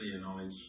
knowledge